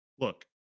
look